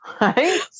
Right